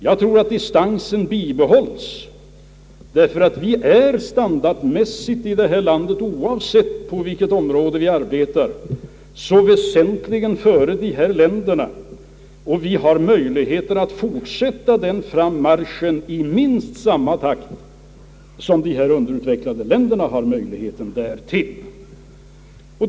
Jag tror att distansen bibehålles, ty i detta land är vi — oavsett på vilket område vi arbetar — standardmässigt så väsentligt före dessa andra länder, och vi har möjligheter att fortsätta den frammarschen i minst samma takt som de underutvecklade länderna.